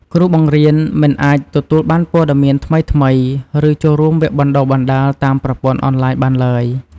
គ្រូបង្រៀនមិនអាចទទួលបានព័ត៌មានថ្មីៗ ឬចូលរួមវគ្គបណ្តុះបណ្តាលតាមប្រព័ន្ធអនឡាញបានឡើយ។